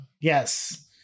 Yes